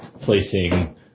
placing